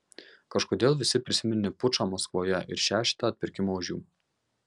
kažkodėl visi prisiminė pučą maskvoje ir šešetą atpirkimo ožių